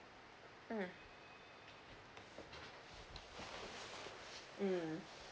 mm mm